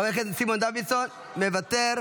חבר הכנסת סימון דוידסון, מוותר,